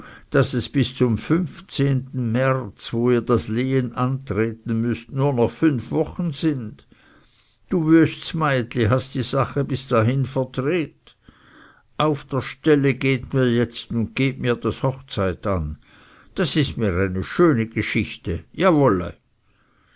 daß es bis zum fünfzehnten merz wo ihr das leben antreten müßt nur noch fünf wochen sind du wüests meitli hast die sache bis dahin verdreht auf der stelle geht mir jetzt und gebt mir das hochzeit an das ist mir eine schöne geschichte jawolle